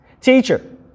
teacher